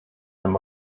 dem